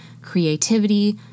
creativity